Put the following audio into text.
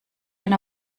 wenn